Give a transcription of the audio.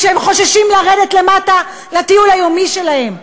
כשהם חוששים לרדת למטה לטיול היומי שלהם,